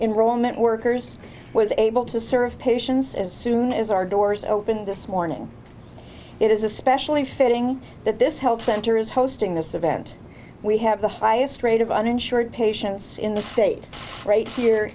and workers was able to serve patients as soon as our doors opened this morning it is especially fitting that this health center is hosting this event we have the highest rate of uninsured patients in the state right here